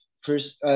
first